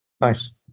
Nice